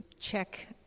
check